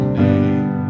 name